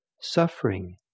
suffering